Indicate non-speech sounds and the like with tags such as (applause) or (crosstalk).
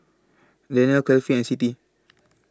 Daniel Kefli and Siti (noise)